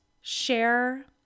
share